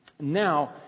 Now